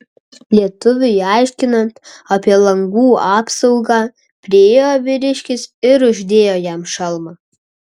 lietuviui aiškinant apie langų apsaugą priėjo vyriškis ir uždėjo jam šalmą